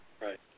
Right